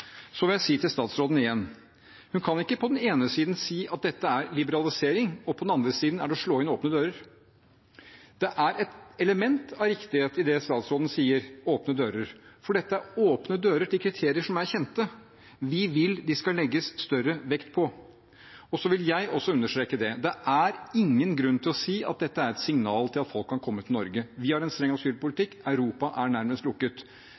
Så vil jeg si til statsråden igjen: Hun kan ikke på den ene siden si at dette er liberalisering, og på den andre siden at det er å slå inn åpne dører. Det er et element av riktighet i det statsråden sier om åpne dører. Dette er åpne dører til kriterier som er kjente. Vi vil de skal legges større vekt på. Så vil jeg også understreke: Det er ingen grunn til å si at dette er et signal om at folk kan komme til Norge. Vi har en streng asylpolitikk. Europa er nærmest lukket.